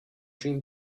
dream